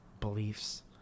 beliefs